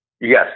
Yes